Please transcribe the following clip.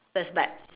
that's like